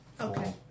Okay